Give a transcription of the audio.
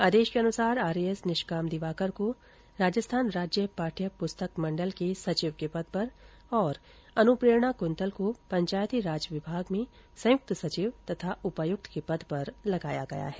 आदेश के अनुसार आरएएस निष्काम दिवाकर को राजस्थान राज्य पाठ्य पुस्तक मण्डल के सचिव के पद पर और श्रीमती अनुप्रेरणा कुंतल को पंचायती राज विभाग में संयुक्त सचिव तथा उपायुक्त के पद पर लगाया है